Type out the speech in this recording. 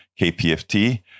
KPFT